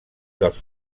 dels